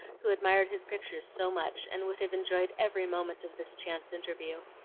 who admired his pictures so much and would have enjoyed every moment of this chance interview.